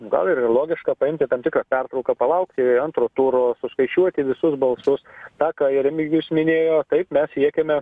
gal ir logiška paimti tam tikrą pertrauką palaukti antro turo suskaičiuoti visus balsus tą ką ir remigijus minėjo kaip mes siekiame